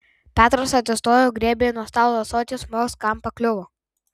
petras atsistojo griebė nuo stalo ąsotį smogs kam pakliuvo